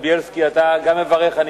חבר הכנסת בילסקי, אתה גם מברך.